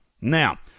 Now